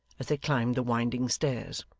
as they climbed the winding stairs.